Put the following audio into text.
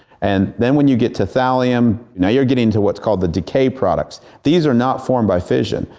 and then when you get to thallium now you're getting to what's called the decay products. these are not formed by fission.